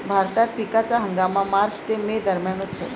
भारतात पिकाचा हंगाम मार्च ते मे दरम्यान असतो